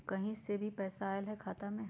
कहीं से पैसा आएल हैं खाता में?